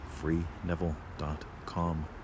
FreeNeville.com